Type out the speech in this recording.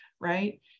right